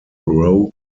row